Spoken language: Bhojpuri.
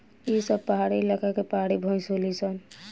ई सब पहाड़ी इलाका के पहाड़ी भईस होली सन